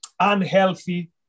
unhealthy